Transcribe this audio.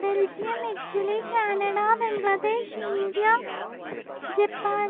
Belgium Italy Canada Bangladesh India Japan